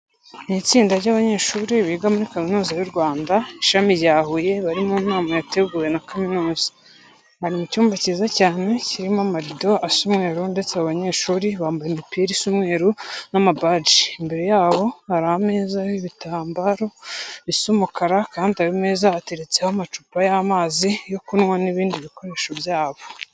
Ni itsinda ry'abanyeshuri biga muri Kaminuza y'u Rwanda, Ishami rya Huye, bari mu nama yateguwe na kaminuza. Bari mu cyumba cyiza cyane kirimo amarido asa umweru ndetse abo banyeshuri bambaye imipira isa umweru n'amabaji. Imbere yabo hari ameza ariho ibitambaro bisa umukara kandi ayo meza ateretseho amacupa y'amazi yo kunywa n'ibindi bikoresho byabo.